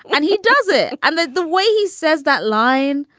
and he does it. and the the way he says that line,